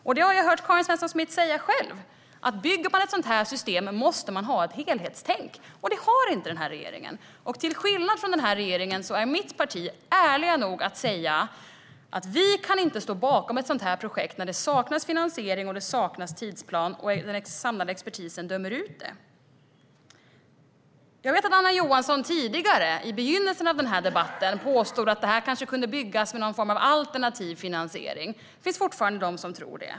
Jag har hört Karin Svensson Smith själv säga: Bygger man ett sådant här system måste man ha ett helhetstänk. Det har inte denna regering. Till skillnad från den här regeringen är mitt parti ärligt nog att säga: Vi kan inte stå bakom ett sådant här projekt när det saknas finansiering och tidsplan och den samlade expertisen dömer ut det. Jag vet att Anna Johansson tidigare, i begynnelsen av denna debatt, påstod att detta kanske kunde byggas med någon form av alternativ finansiering. Det finns fortfarande de som tror det.